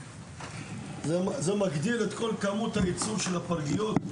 זה מגדיל את כל כמות הייצור של הפרגיות.